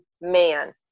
man